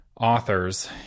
authors